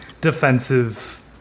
defensive